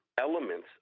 elements